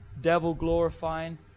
devil-glorifying